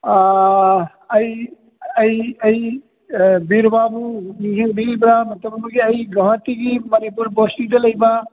ꯑꯩ ꯑꯩ ꯑꯩ ꯕꯤꯔꯕꯥꯕꯨ ꯅꯤꯡꯁꯤꯡꯕꯤꯔꯤꯕ ꯃꯇꯝ ꯑꯃꯒꯤ ꯑꯩ ꯒꯨꯍꯥꯇꯤꯒꯤ ꯃꯅꯤꯄꯨꯔ ꯕꯁꯇꯤꯗ ꯂꯩꯕ